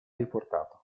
riportato